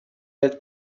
nel